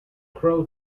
crow